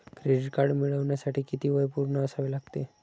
Credit card मिळवण्यासाठी किती वय पूर्ण असावे लागते?